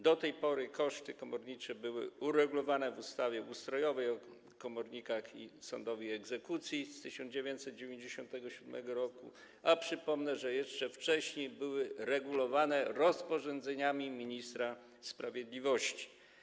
Do tej pory koszty komornicze były uregulowane w ustawie ustrojowej o komornikach sądowych i egzekucji z 1997 r., a przypomnę, że jeszcze wcześniej były regulowane rozporządzeniami ministra sprawiedliwości.